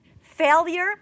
Failure